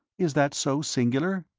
is that so singular?